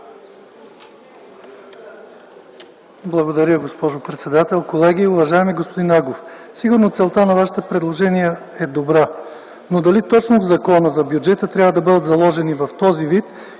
Благодаря, госпожо председател. Колеги, уважаеми господин Агов! Сигурно целта на Вашите предложения е добра. Дали обаче точно в Закона на бюджета трябва да бъдат заложени в този вид?